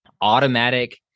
automatic